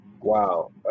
Wow